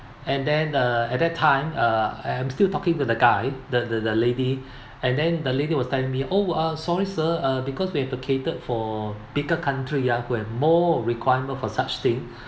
and then uh at that time uh I am still talking to the guy the the lady and then the lady was telling me oh uh sorry sir uh because we have to catered for bigger country ya who have more requirement for such thing